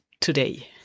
today